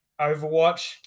Overwatch